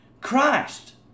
Christ